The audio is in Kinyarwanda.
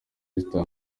esther